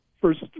First